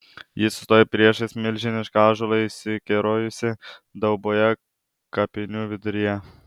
ji sustojo priešais milžinišką ąžuolą išsikerojusį dauboje kapinių viduryje